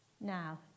Now